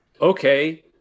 okay